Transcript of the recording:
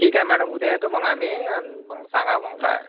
ठीक आहे मॅडम उद्या येतो मग आम्ही अन् मग सांगा मग काय